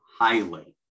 highly